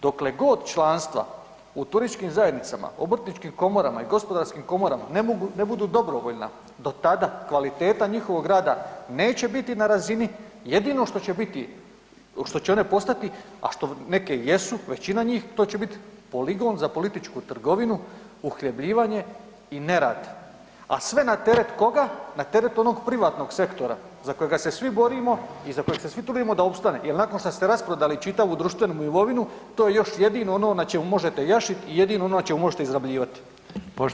Dokle god članstva u turističkim zajednicama, obrtničkim komorama i gospodarskim komorama ne budu dobrovoljna do tada kvaliteta njihovog rada neće biti na razini, jedino što će one postati, a što neke jesu većina njih to će biti poligon za političku trgovinu, uhljebljivanje i nerad, a sve na teret koga, na teret onog privatnog sektora za kojeg se svi borimo i za kojeg se svi trudimo da opstane, jer nakon što ste rasprodali čitavu društvenu imovinu to je još jedino ono na čemu možete jašiti i jedino ono na čemu možete izrabljivati.